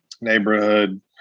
neighborhood